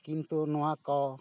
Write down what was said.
ᱠᱤᱱᱛᱩ ᱱᱚᱣᱟ ᱠᱚ